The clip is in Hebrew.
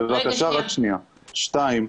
שנית,